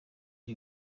uko